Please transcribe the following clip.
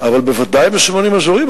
אבל בוודאי מסומנים אזורים.